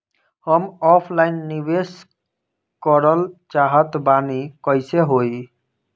हम ऑफलाइन निवेस करलऽ चाह तनि कइसे होई?